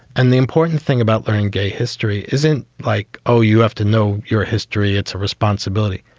and the important thing about learning gay history isn't like, oh, you have to know your history. it's a responsibility.